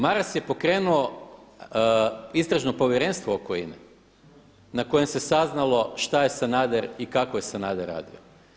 Maras je pokrenuo istražno povjerenstvo oko INA-e na kojem se saznalo šta je Sanader i kako je Sanader radio.